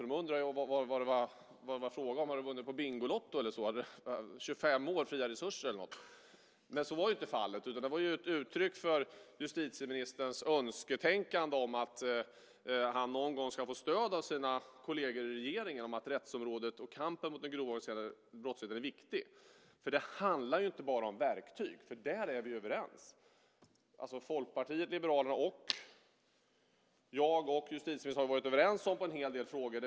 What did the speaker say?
De undrade vad det var fråga om, om man hade vunnit på Bingolotto - 25 år fria resurser eller något. Men så var inte fallet. Det var ju ett uttryck för justitieministerns önsketänkande att han någon gång ska få stöd av sina kolleger i regeringen för att rättsområdet och kampen mot den grova organiserade brottsligheten är viktig. För det handlar inte bara om verktyg. Där är vi överens. Folkpartiet liberalerna, jag och justitieministern har varit överens om en hel del frågor.